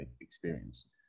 experience